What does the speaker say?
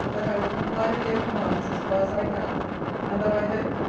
that i will comply with their commands as far as i can and that i hope,